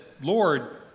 Lord